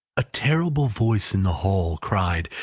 a terrible voice in the hall cried,